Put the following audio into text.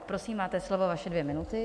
Prosím, máte slovo, vaše dvě minuty.